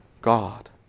God